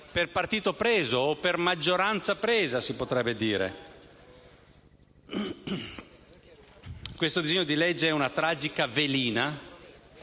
per partito preso o per maggioranza presa si potrebbe dire. Questo disegno di legge è una tragica velina